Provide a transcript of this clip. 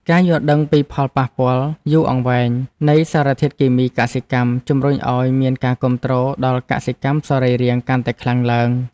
ការយល់ដឹងពីផលប៉ះពាល់យូរអង្វែងនៃសារធាតុគីមីកសិកម្ម ជម្រុញឱ្យមានការគាំទ្រដល់កសិកម្មសរីរាង្គកាន់តែខ្លាំងឡើង។